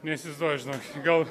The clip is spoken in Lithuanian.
neįsivaizduoju žinokit gal